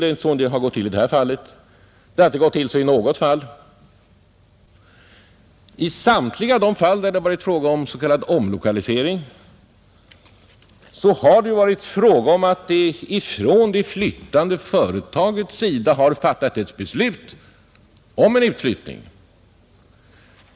Det har inte gått till på det sättet i detta och inte heller i något annat fall. Alltid när det varit fråga om s.k. omlokalisering har det flyttande företaget fattat beslut om utflyttning.